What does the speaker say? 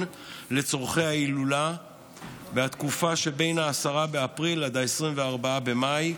לצורכי ההילולה בתקופה שמ-10 באפריל עד 24 במאי,